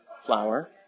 flour